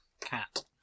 cat